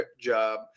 job